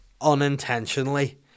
unintentionally